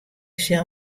sil